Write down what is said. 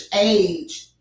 age